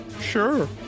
sure